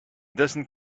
doesn’t